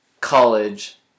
college